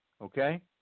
Okay